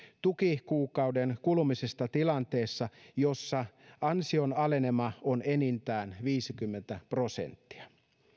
tukikuukauden kulumisesta tilanteessa jossa ansionalenema on enintään viisikymmentä prosenttia